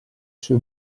sue